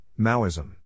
Maoism